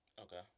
Okay